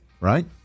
Right